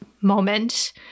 moment